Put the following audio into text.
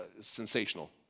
sensational